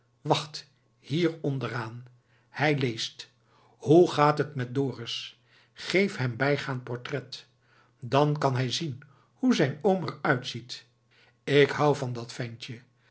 wacht hier onderaan hij leest hoe gaat het met dorus geef hem bijgaand portret dan kan hij zien hoe zijn oom er uitziet ik houd van het ventje